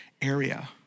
area